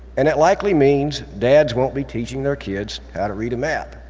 and it likely means dads won't be teaching their kids how to read a map.